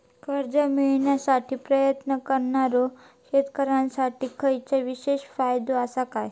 कर्जा मेळाकसाठी प्रयत्न करणारो शेतकऱ्यांसाठी खयच्या विशेष फायदो असात काय?